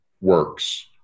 works